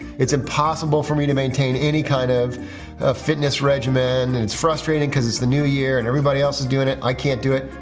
it's impossible for me to maintain any kind of a fitness regimen. and it's frustrating because it's the new year. and everybody else is doing it. i can't do it.